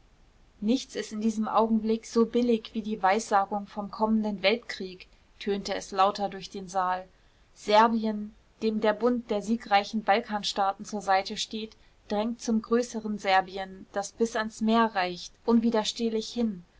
nichts ist in diesem augenblick so billig wie die weissagung vom kommenden weltkrieg tönte es lauter durch den saal serbien dem der bund der siegreichen balkanstaaten zur seite steht drängt zum größeren serbien das bis ans meer reicht unwiderstehlich hin